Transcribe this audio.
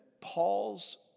Paul's